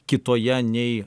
kitoje nei